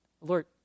Lord